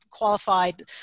qualified